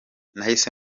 nahise